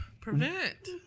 prevent